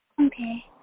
Okay